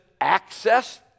access